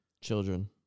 Children